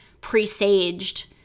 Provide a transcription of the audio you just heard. presaged